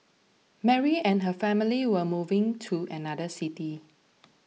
Mary and her family were moving to another city